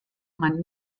man